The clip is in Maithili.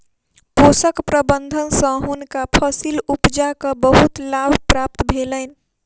पोषक प्रबंधन सँ हुनका फसील उपजाक बहुत लाभ प्राप्त भेलैन